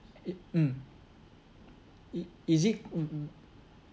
i~ mm i~ is it mm mm